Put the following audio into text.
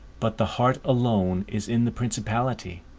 but the heart alone is in the principality,